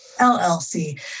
LLC